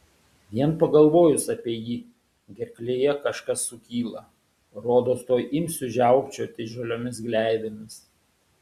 vien pagalvojus apie jį gerklėje kažkas sukyla rodos tuoj imsiu žiaukčioti žaliomis gleivėmis